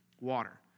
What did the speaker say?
water